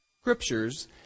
scriptures